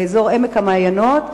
באזור עמק המעיינות,